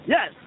Yes